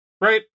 Right